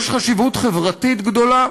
יש חשיבות חברתית גדולה.